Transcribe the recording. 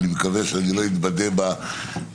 אני מקווה שאני לא אתבדה בשבוע,